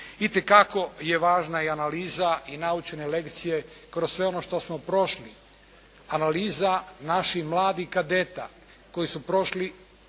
Itekako je važna i analiza i naučene lekcije kroz sve ono što smo prošli. Analiza naših mladih kadeta koji su prošli